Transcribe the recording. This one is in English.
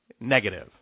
negative